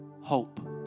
hope